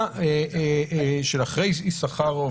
שהפסיקה שאחרי יששכרוב